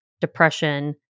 depression